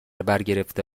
برگرفته